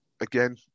again